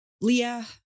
Leah